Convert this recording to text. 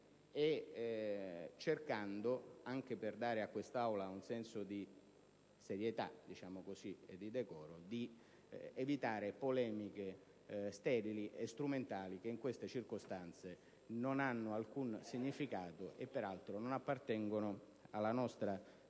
e cercando - anche per dare all'Assemblea un senso di serietà e di decoro - di evitare polemiche sterili e strumentali che in questi momenti non hanno alcun significato e peraltro non appartengono alla nostra storia